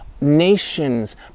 Nations